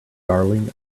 darling